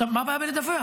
עכשיו, מה הבעיה בלדווח?